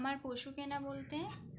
আমার পশু কেনা বলতে